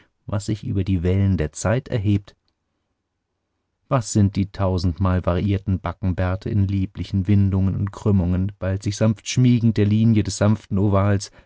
was sich über die wellen der zeit erhebt was sind die tausendmal variierten backenbärte in lieblichen windungen und krümmungen bald sich sanft schmiegend der linie des sanften ovals